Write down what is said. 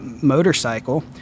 motorcycle